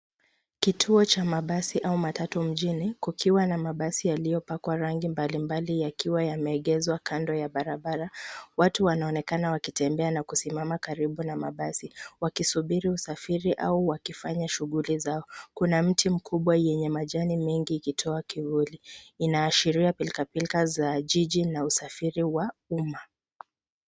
Kituo cha mabasi au matatu mjini kukiwa na mabasi yaliyo pakwa rangi mbali mbali yakiwa yameegeshwa kando ya barabara watu wanaonekana wakitembea na kusimama karibu na mabasi wakisubiri usafiri au wakifanya shughuli zao. Kuna mti mkubwa yenye majani mengi ikitoa kivuli inaashiria pilka pilka za jiji na usafiri wa uma.